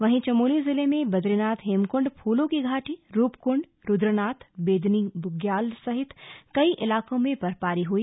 वहीं चमोली जिले में बद्रीनाथ हेमकुंड फूलों की घाटी रूपकुंड रुद्रनाथ बेदनी बुग्याल सहित कई इलाकों में बर्फबारी हुई